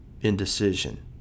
indecision